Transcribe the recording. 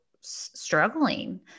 struggling